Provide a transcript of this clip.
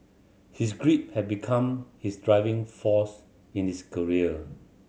his grief had become his driving force in his career